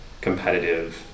competitive